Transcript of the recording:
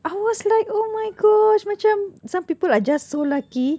I was like oh my gosh macam some people are just so lucky